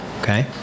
Okay